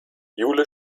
jule